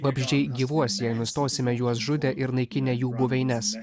vabzdžiai gyvuos jei nustosime juos žudę ir naikinę jų buveines